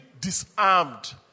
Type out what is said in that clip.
disarmed